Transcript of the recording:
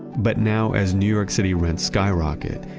but now as new york city rents skyrocket,